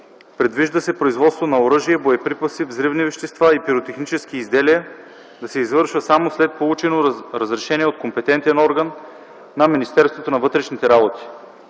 Предвижда се производство на оръжия, боеприпаси, взривни вещества и пиротехнически изделия да се извършва само след получено разрешение от компетентен орган на Министерството на вътрешните работи.